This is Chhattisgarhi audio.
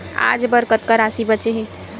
आज बर कतका राशि बचे हे?